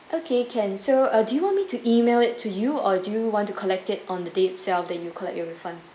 okay can so uh do you want me to email it to you or do you want to collect it on the day itself that you collect your refund